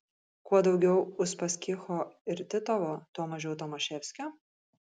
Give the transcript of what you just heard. kuo daugiau uspaskicho ir titovo tuo mažiau tomaševskio